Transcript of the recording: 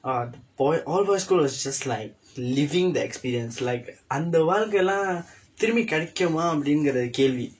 ah boy all boys' school was just like living the experience like அந்த வாழ்க்கை எல்லாம் திரும்பி கிடைக்குமா அப்படினு கேள்வி:andtha vaazhkkai ellaam thirumpi kidaikkumaa appadinu keelvi